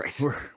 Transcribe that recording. Right